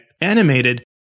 animated